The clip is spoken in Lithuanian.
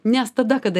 nes tada kada